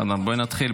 בסדר, בואי נתחיל.